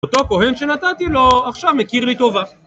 אותו כהן שנתתי לו עכשיו מכיר לי טובה